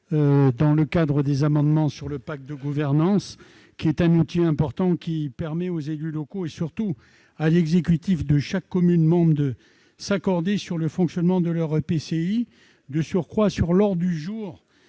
parole est à M. Henri Leroy. Le pacte de gouvernance est un outil important, qui permet aux élus locaux, et surtout à l'exécutif de chaque commune membre, de s'accorder sur le fonctionnement de leur EPCI, ainsi que sur l'ordre du jour